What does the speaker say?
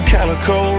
Calico